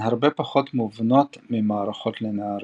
הרבה פחות מובנות ממערכות ליניאריות.